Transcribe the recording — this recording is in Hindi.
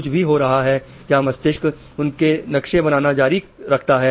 कुछ भी हो रहा है क्या मस्तिष्क उनके नक्शे बनाना जारी रखता है